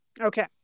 Okay